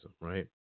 right